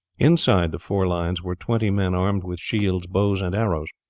inside the four lines were twenty men armed with shields, bows, and arrows.